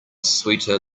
sweeter